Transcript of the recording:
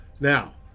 Now